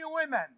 women